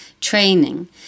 training